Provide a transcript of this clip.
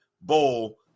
Bowl